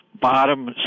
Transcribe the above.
bottom